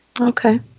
Okay